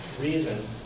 reason